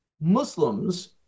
Muslims